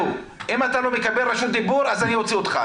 אם אתה לא מקבל רשות דיבור אז אני אוציא אותך.